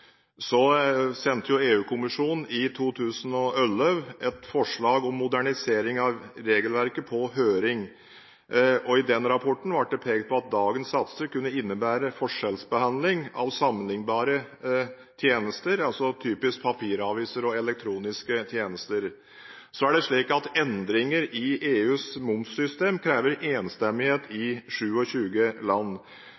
sendte i 2011 et forslag om modernisering av regelverket på høring. I rapporten ble det pekt på at dagens satser kunne innebære forskjellsbehandling av sammenlignbare tjenester, som papiraviser og elektroniske tjenester. Endringer i EUs momssystem krever enstemmighet blant 27 land. Det vil derfor være krevende å få vedtatt endringer i EUs